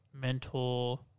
mentor